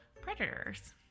predators